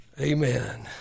amen